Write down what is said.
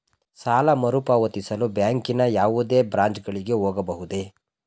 ಸಾಲ ಮರುಪಾವತಿಸಲು ಬ್ಯಾಂಕಿನ ಯಾವುದೇ ಬ್ರಾಂಚ್ ಗಳಿಗೆ ಹೋಗಬಹುದೇ?